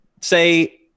Say